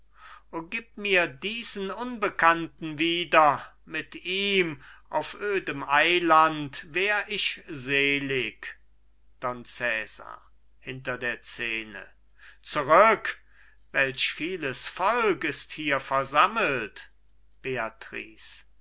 gib mir diesen unbekannten wieder mit ihm auf dem eiland wär ich selig don cesar hinter der scene zurück welch vieles volk ist hier versammelt